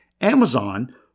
Amazon